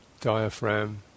diaphragm